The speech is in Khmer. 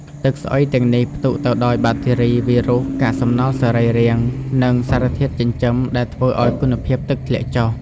ទឹកស្អុយទាំងនេះផ្ទុកទៅដោយបាក់តេរី វីរុស កាកសំណល់សរីរាង្គ និងសារធាតុចិញ្ចឹមដែលធ្វើឱ្យគុណភាពទឹកធ្លាក់ចុះ។